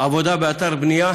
עבודה באתר בנייה.